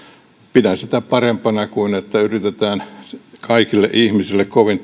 pidän sitä parempana kuin että yritetään antaa kaikille ihmisille kovin